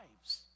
lives